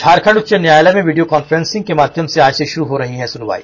झारखंड उच्च न्यायालय में वीडियो कॉन्फ्रेसिंग के माध्यम से आज से षुरू हो रही है सुनवाई